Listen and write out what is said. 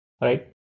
right